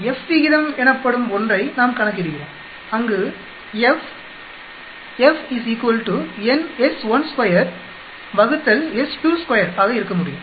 F விகிதம் எனப்படும் ஒன்றை நாம் கணக்கிடுகிறோம் அங்கு F ஆக இருக்க முடியும்